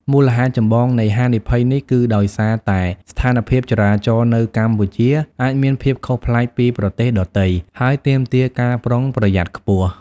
មូលហេតុចម្បងនៃហានិភ័យនេះគឺដោយសារតែ ស្ថានភាពចរាចរណ៍នៅកម្ពុជា អាចមានភាពខុសប្លែកពីប្រទេសដទៃ ហើយទាមទារការប្រុងប្រយ័ត្នខ្ពស់។